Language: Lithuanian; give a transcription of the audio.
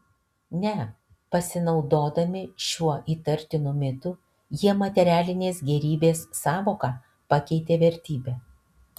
ne pasinaudodami šiuo įtartinu mitu jie materialinės gėrybės sąvoką pakeitė vertybe